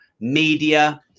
media